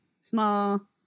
small